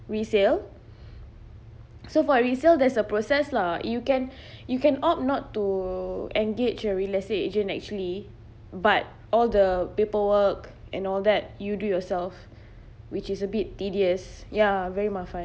resale so for resale there's a process lah you can you can opt not to engage a real estate agent actually but all the paperwork and all that you do yourself which is a bit tedious ya very ma fan